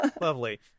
Lovely